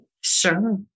Sure